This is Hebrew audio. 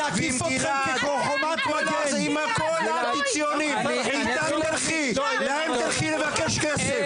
נקיף אתכם עם חומת מגן -- מהם תלכי מהם תלכי לבקש כסף.